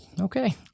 Okay